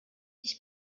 ich